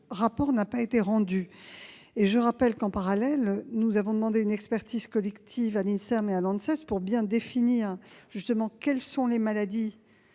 rapport n'a pas été rendu. Je rappelle que, parallèlement, nous avons demandé une expertise collective à l'INSERM et à l'ANSES pour bien définir les maladies